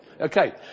Okay